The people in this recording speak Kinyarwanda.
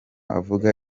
avuga